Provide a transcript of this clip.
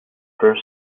first